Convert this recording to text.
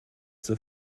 zur